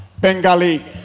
Bengali